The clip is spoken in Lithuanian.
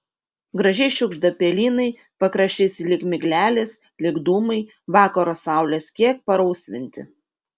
gražiai šiugžda pelynai pakraščiais lyg miglelės lyg dūmai vakaro saulės kiek parausvinti